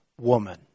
woman